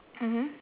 mmhmm